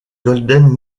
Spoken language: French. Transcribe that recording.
golden